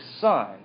son